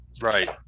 right